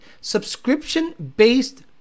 Subscription-based